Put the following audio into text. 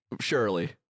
Surely